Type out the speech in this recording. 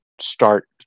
start